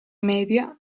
media